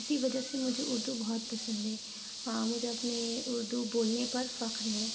اسی وجہ سے مجھے اردو بہت پسند ہے ہاں مجھے اپنے اردو بولنے پر فخر ہے